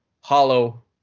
hollow